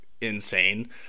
insane